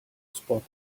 spot